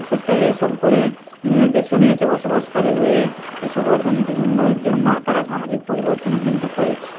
সত্যই এই সব করে নিয়ে বেছে নিয়েছে বসবাসকারী হয়ে এই সব অর্থনৈতিক উন্নয়নের জন্য তারা সামাজিক পরিবর্তনও কিন্তু করেছে